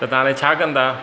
त तव्हां हाणे छा कंदा